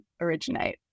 originate